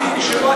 שאסור לקיים.